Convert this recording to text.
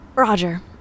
Roger